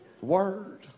Word